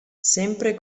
sempre